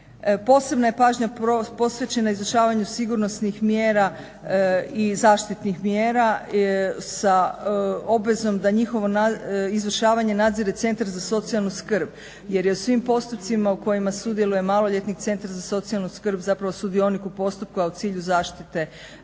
Posebna je pažnja posvećena izvršavanju sigurnosnih mjera i zaštitnih mjera sa obvezom da njihovo izvršavanje nadzire Centar za socijalnu skrb, jer je u svim postupcima u kojima sudjeluje maloljetnik Centar za socijalnu skrb zapravo sudionik u postupku, a u cilju zaštite interesa